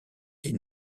est